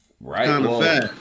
Right